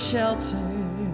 shelter